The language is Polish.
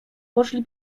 poszli